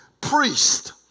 priest